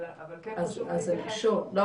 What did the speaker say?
אבל כן חשוב לי --- לא,